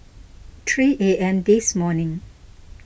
three A M this morning